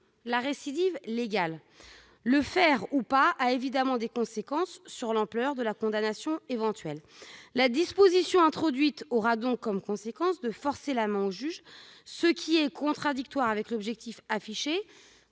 la récidive légale. Sa décision a évidemment des conséquences sur l'ampleur de la condamnation éventuelle. La disposition introduite aura donc comme conséquence de forcer la main au juge, ce qui est contradictoire avec l'objectif affiché,